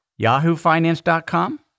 yahoofinance.com